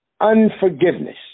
unforgiveness